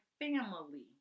family